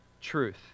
truth